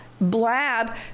blab